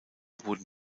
wurden